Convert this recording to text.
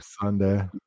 sunday